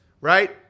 Right